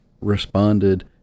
responded